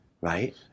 Right